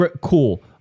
Cool